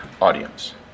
audience